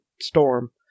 Storm